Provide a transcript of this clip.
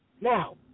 Now